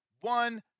one